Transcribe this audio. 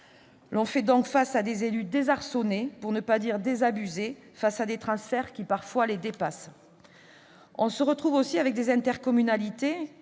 On fait donc face à des élus désarçonnés, pour ne pas dire désabusés, devant des transferts qui les dépassent parfois. On se retrouve aussi avec des intercommunalités